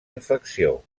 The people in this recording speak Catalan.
infecció